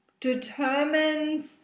determines